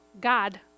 God